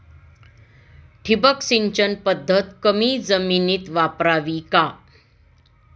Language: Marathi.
ठिबक सिंचन पद्धत कमी जमिनीत वापरावी का?